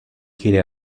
quiere